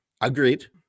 Agreed